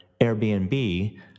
Airbnb